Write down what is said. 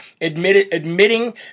admitting